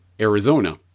Arizona